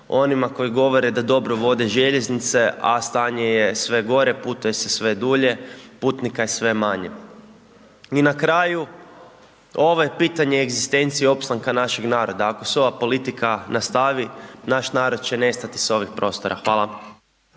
onima koji govore da dobro vode željeznice, a stanje je sve gore, putuje se sve dulje, putnika je sve manje. I na kraju, ovo je pitanje egzistencije, opstanka našeg naroda ako se ova politika nastavi naš narod će nestati s ovih prostora. Hvala.